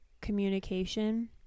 communication